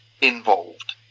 involved